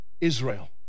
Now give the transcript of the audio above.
Israel